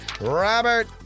Robert